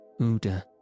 Uda